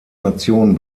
nation